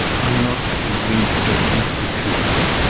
i'm not convinced that it is peculiar.